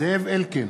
זאב אלקין,